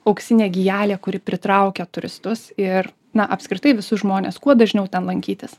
auksinė gijelė kuri pritraukia turistus ir na apskritai visus žmones kuo dažniau ten lankytis